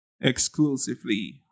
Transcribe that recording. exclusively